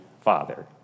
Father